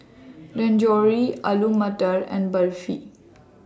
Dangojiru Alu Matar and Barfi